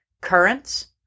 currants